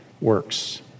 works